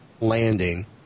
landing